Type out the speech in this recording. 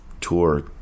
tour